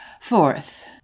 Fourth